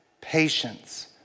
patience